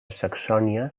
saxònia